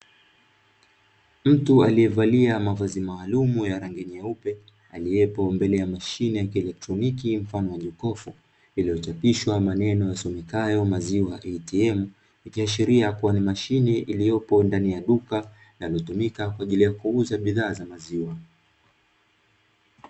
Mtu alievalia mavazi maalumu ya rangi nyeupe aliyepo mbele ya mashine ya kieletroniki mfano wa jokofu lililochapishwa maneno yasomekayo "atm", ikiashiria kuwa ni mashine iliyopo ndani ya duka linalotumika kwa ajili ya kuuza bidhaa pamoja na maziwa.